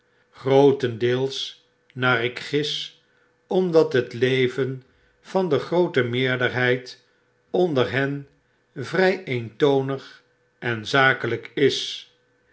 grootendeels naar ik gis omdat het leven van de groote meerderheid onder hen vrg eentonig en zakelijk is